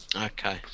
Okay